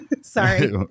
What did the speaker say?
Sorry